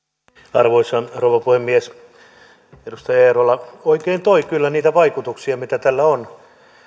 arvoisa rouva puhemies edustaja eerola oikein toi kyllä niitä vaikutuksia mitä tällä on